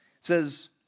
says